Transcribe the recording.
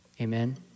amen